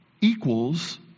equals